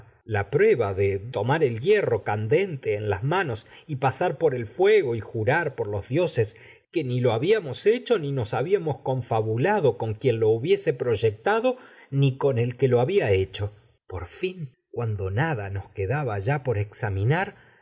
tomar estábamos hierro ya dis en el el y candente manos por fuego nos jurar por los dioses que con ni lo habíamos hecho ni quien por habíamos confabulado con lo hubiese proyectado ni fin cuando uno el que lo había ya por exa hecho nada nos quedaba hizo minar